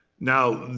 now,